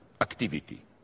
activity